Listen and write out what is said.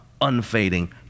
unfading